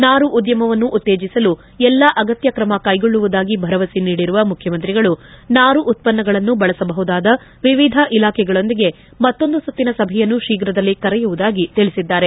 ನಾರು ಉದ್ದಮವನ್ನು ಉತ್ತೇಜಿಸಲು ಎಲ್ಲ ಅಗತ್ಯ ಕ್ರಮ ಕೈಗೊಳ್ಳುವುದಾಗಿ ಭರವಸೆ ನೀಡಿರುವ ಮುಖ್ಯಮಂತ್ರಿಗಳು ನಾರು ಉತ್ಪನ್ನಗಳನ್ನು ಬಳಸಬಹುದಾದ ವಿವಿಧ ಇಲಾಖೆಗಳೊಂದಿಗೆ ಮತ್ತೊಂದು ಸುತ್ತಿನ ಸಭೆಯನ್ನು ಶೀಘದಲ್ಲೇ ಕರೆಯುವುದಾಗಿ ತಿಳಿಸಿದ್ದಾರೆ